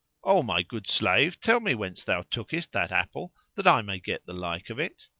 o my good slave, tell me whence thou tookest that apple, that i may get the like of it?